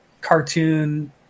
cartoon